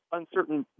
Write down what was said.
uncertain